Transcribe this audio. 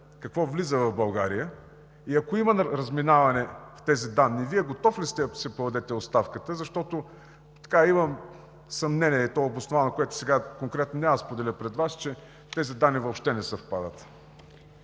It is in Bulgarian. какво влиза в България? Ако има разминаване в тези данни, Вие готов ли сте да си подадете оставката, защото имам съмнение, и то обосновано, което сега конкретно няма да споделя пред Вас, че тези данни въобще не съвпадат?